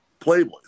Playboys